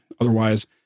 otherwise